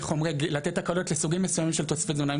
לתת הקלות לסוגים מסוימים של תוספי תזונה.